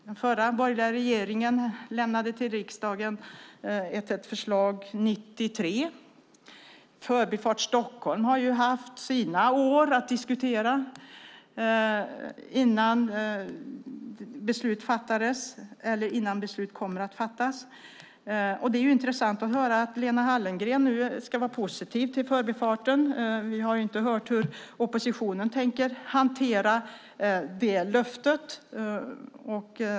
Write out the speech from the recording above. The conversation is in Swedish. Den förra borgerliga regeringen lämnade ett förslag till riksdagen 1993. Förbifart Stockholm har diskuterats under ett antal år innan beslut kommer att fattas. Det är intressant att höra att Lena Hallengren nu är positiv till Förbifarten. Vi har inte hört hur oppositionen tänker hantera det löftet.